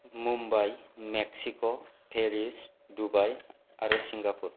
Mumbai Mexico Paris Dubai आरो Singapore